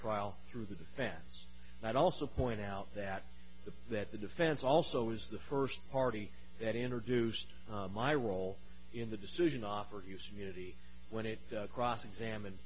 trial through the defense might also point out that the that the defense also is the first party that introduced my role in the decision offered us unity when it cross examined